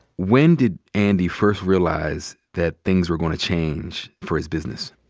when did andy first realize that things were going to change for his business?